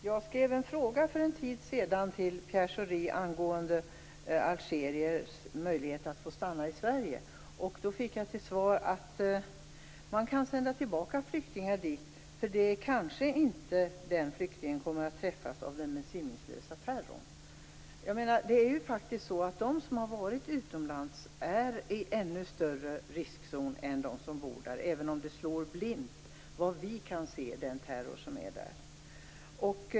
Herr talman! För en tid sedan skrev jag en fråga till Pierre Schori angående algeriers möjligheter att få stanna i Sverige. Då fick jag till svar att man kan sända tillbaka en flykting dit, för den flyktingen kommer kanske inte att träffas av den besinningslösa terrorn. De som varit utomlands är faktiskt ännu mera i riskzonen än de som bor där, även om den terror som finns där slår blint, såvitt vi kan se.